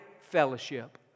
fellowship